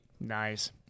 Nice